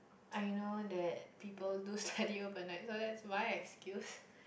I know that people do study overnight so that's mine excuse